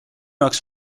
jaoks